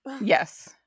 yes